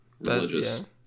Religious